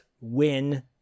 win